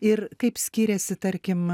ir kaip skiriasi tarkim